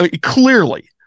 clearly